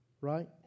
Right